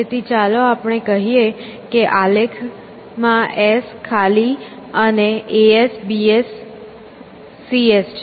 તેથી ચાલો કહીએ કે આલેખમાં S ખાલી અને A S B S C S છે